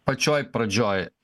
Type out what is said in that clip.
pačioj pradžioj